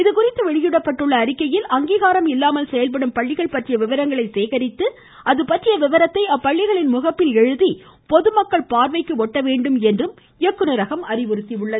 இதுகுறித்து வெளியிடப்பட்டுள்ள அறிக்கையில் அங்கீகாரம் இல்லாமல் செயல்படும் பள்ளிகள் பற்றிய விபரங்களை சேகரித்து அதுபற்றிய விவரத்தை அப்பள்ளிகளின் முகப்பில் எழுதி பொதுமக்கள் பார்வைக்கு ஒட்ட வேண்டும் என்றும் இயக்குனரகம் அறிவுறுத்தியுள்ளது